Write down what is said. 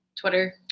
Twitter